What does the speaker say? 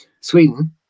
Sweden